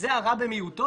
זה הרע במיעוטו,